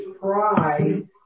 pride